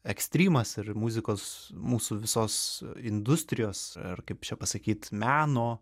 ekstrymas ir muzikos mūsų visos industrijos ar kaip čia pasakyt meno